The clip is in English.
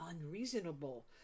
unreasonable